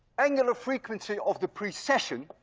angular frequency of the precession,